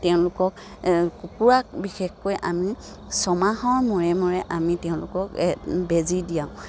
তেওঁলোকক কুকুৰাক বিশেষকৈ আমি ছমাহৰ মূৰে মূৰে আমি তেওঁলোকক বেজী দিয়াওঁ